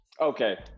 Okay